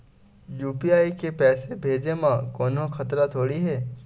UPI ले पैसे भेजे म कोन्हो खतरा थोड़ी हे?